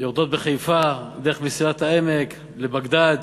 יורדות בחיפה דרך מסילת העמק לבגדד